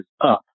up